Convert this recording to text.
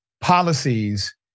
Policies